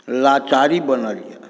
लाचारी बनल यए